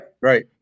Right